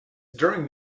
during